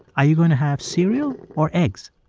are you going to have cereal or eggs,